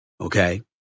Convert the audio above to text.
Okay